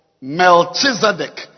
Melchizedek